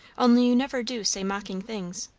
only you never do say mocking things.